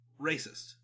racist